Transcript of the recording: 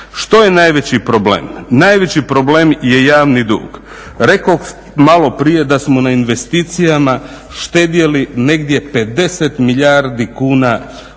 Što je najveći problem? Najveći problem je javni dug. Rekoh maloprije da smo na investicijama štedjeli negdje 50 milijardi kuna